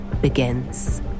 begins